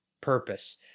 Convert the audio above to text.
purpose